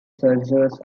services